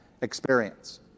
experience